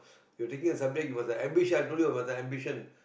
you're thinking of something it was an ambition I told you it was an ambition